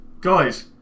Guys